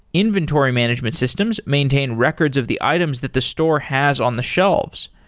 inventory management systems maintain records of the items that the store has on the shelves.